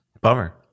Bummer